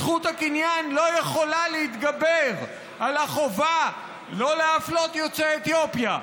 זכות הקניין לא יכולה להתגבר על החובה לא להפלות יוצאי אתיופיה,